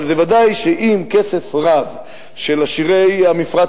אבל ודאי שאם כסף רב של עשירי המפרץ